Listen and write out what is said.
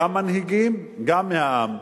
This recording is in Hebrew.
גם מנהיגים וגם מהעם,